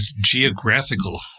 geographical